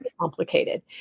complicated